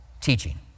teaching